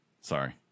Sorry